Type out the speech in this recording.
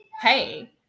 hey